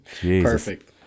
perfect